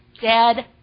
dead